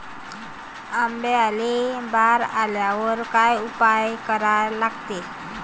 आंब्याले बार आल्यावर काय उपाव करा लागते?